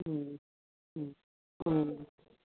ꯎꯝ ꯎꯝ ꯎꯝ